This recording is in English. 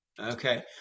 Okay